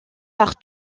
par